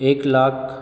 एक लाख